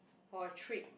for a trip